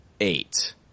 eight